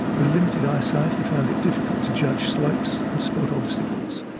with limited eyesight, he found it difficult to judge slopes and spot obstacles.